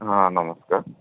ହଁ ନମସ୍କାର